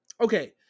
Okay